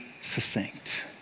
succinct